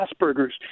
Asperger's